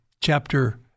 chapter